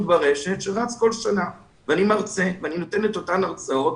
ברשת שרץ כל שנה ואני מרצה ואני נותן את אותן הרצאות.